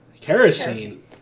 Kerosene